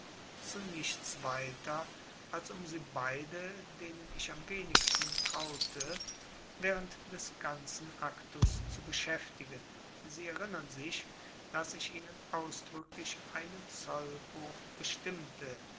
zu nichts weiter als um sie beide denen ich am wenigsten traute während des ganzen aktus zu beschäftigen sie erinnern sich daß ich ihnen ausdrücklich einen zoll hoch bestimmte